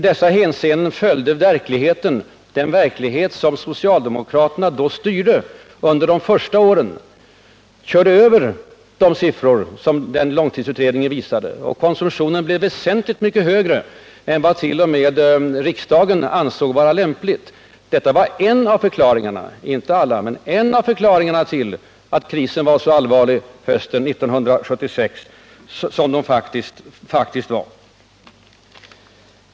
Den verklighet som socialdemokraterna styrde under långtidsutredningens första år körde över de prognoser som långtidsutredningen visade. Konsumtionen blev väsentligt mycket högre än vad även riksdagen ansåg vara lämpligt. Detta var en av förklaringarna till att krisen var så allvarlig hösten 1976 som den faktiskt var.